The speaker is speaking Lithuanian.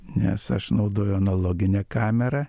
nes aš naudoju analoginę kamerą